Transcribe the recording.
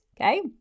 Okay